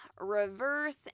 reverse